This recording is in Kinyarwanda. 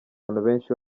benshi